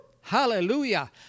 Hallelujah